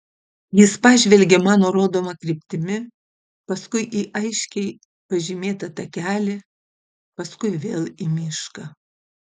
jis pažvelgė mano rodoma kryptimi paskui į aiškiai pažymėtą takelį paskui vėl į mišką